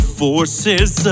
forces